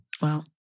Wow